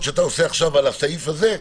שאתה משקיע עכשיו על הסעיף הזה,